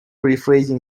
rephrasing